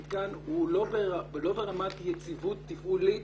המתקן הוא לא ברמת יציבות תפעולית